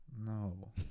No